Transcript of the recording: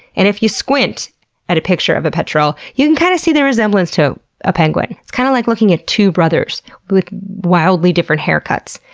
and if you squint at a picture of a petrel, you can kind of see the resemblance to a penguin. it's kind of like looking at two brothers with wildly different haircuts,